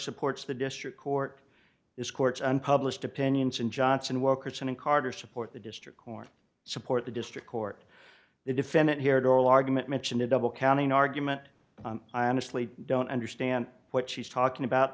supports the district court is court's unpublished opinions and johnson workers and carter support the district court support the district court the defendant here darryl argument mentioned a double counting argument i honestly don't understand what she's talking about